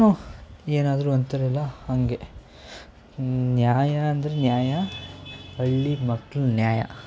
ಏನಾದರೂ ಅಂತಾರಲ್ಲ ಹಾಗೆ ನ್ಯಾಯ ಅಂದ್ರೆ ನ್ಯಾಯ ಹಳ್ಳಿ ಮಕ್ಳು ನ್ಯಾಯ